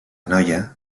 noia